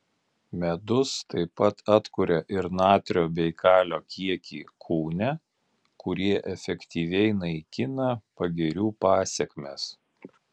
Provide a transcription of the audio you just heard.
medus taip pat atkuria ir natrio bei kalio kiekį kūne kurie efektyviai naikina pagirių pasekmes